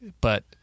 but-